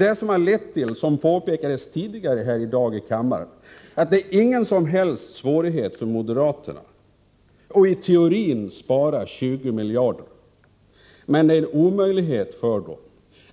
Detta har lett till, vilket påpekats tidigare här i kammaren i dag, att det inte är några som helst svårigheter för moderaterna att i teorin spara 20 miljarder, medan det är en omöjlighet för dem